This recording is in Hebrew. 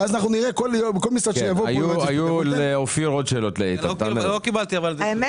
לאופיר כץ היו עוד שאלות שמופנות לאיתן כהן.